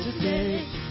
today